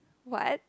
what